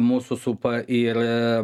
mūsų supa ir